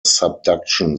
subduction